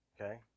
okay